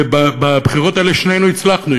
ובבחירות האלה שנינו הצלחנו,